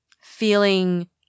feeling